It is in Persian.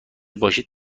باشید